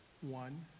One